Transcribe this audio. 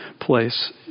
place